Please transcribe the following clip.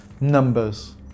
numbers